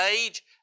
age